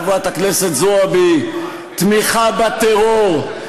חברת הכנסת זועבי: תמיכה בטרור,